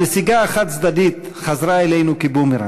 הנסיגה החד-צדדית חזרה אלינו כבומרנג,